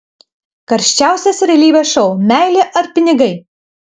karščiausias realybės šou meilė ar pinigai